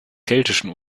keltischen